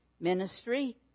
ministry